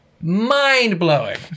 Mind-blowing